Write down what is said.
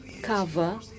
cover